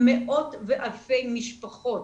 מאות ואלפי משפחות.